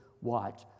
watch